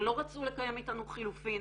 שלא רצו לקיים איתנו חילופין